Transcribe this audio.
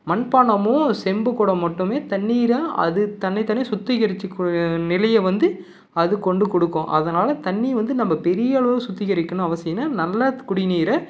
மண்பாண்டமும் செம்பு குடம் மட்டுமே தண்ணீராக அது தன்னைத்தானே சுத்திகரிச்சுக்க கு நிலையை வந்து அது கொண்டு கொடுக்கும் அதனால தண்ணி வந்து நம்ம பெரியளவு சுத்திகரிக்கணும் அவசியம் இல்லை நல்ல குடிநீரை